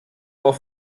auch